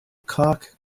cock